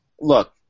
Look